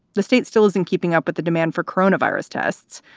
the state still isn't keeping up with the demand for corona virus tests,